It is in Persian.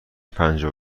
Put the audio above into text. پنجاه